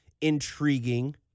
intriguing